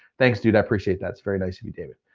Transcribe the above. thanks dude, i appreciate, that's very nice of you david.